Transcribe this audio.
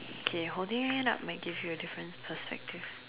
okay holding up might give you a different perspective